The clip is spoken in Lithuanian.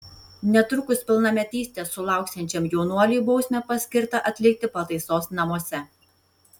netrukus pilnametystės sulauksiančiam jaunuoliui bausmę paskirta atlikti pataisos namuose